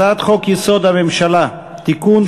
הצעת חוק-יסוד: הממשלה (תיקון,